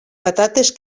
patates